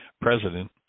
president